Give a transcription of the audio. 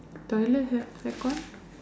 toilet have aircon